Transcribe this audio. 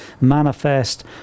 manifest